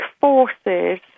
forces